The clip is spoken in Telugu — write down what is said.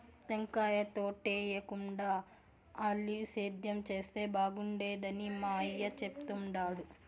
టెంకాయ తోటేయేకుండా ఆలివ్ సేద్యం చేస్తే బాగుండేదని మా అయ్య చెప్తుండాడు